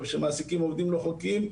כשמעסיקים עובדים לא חוקיים,